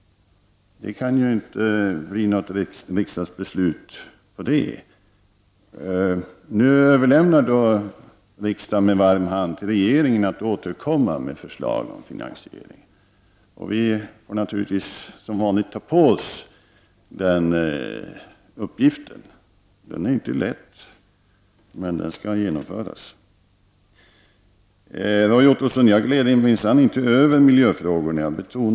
Det kan inte bli något riksdagsbeslut på den grunden. Nu överlåter riksdagen så att säga med varm hand till regeringen att återkomma med förslag till finansiering. Vi får naturligtvis, som vanligt, ta på oss den uppgiften. Den är inte lätt. Men det här skall ju genomföras. Jag glädjer mig minsann inte beträffande miljöfrågorna, Roy Ottosson.